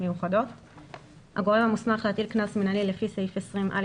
מיוחדות להתמודדות עם נגיף הקורונה החדש (הוראת שעה),